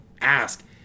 ask